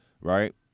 right